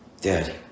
Daddy